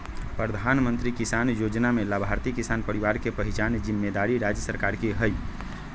प्रधानमंत्री किसान जोजना में लाभार्थी किसान परिवार के पहिचान जिम्मेदारी राज्य सरकार के हइ